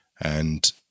And-